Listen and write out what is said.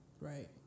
Right